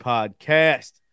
Podcast